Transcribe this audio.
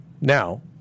now